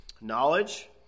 knowledge